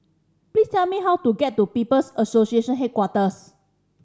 please tell me how to get to People's Association Headquarters